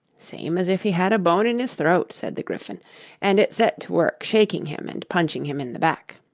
same as if he had a bone in his throat said the gryphon and it set to work shaking him and punching him in the back.